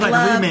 love